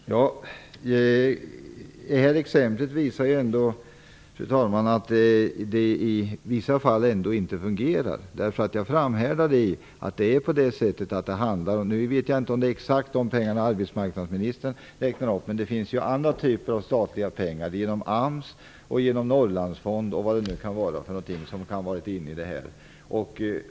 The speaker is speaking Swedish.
Fru talman! Det här exemplet visar ändå att det inte fungerar i vissa fall. Jag vet inte om det gäller exakt de pengar arbetsmarknadsministern räknar upp, men det finns ju andra typer av statliga pengar, t.ex. genom AMS, Norrlandsfonden osv., som kan ha varit inblandade i detta.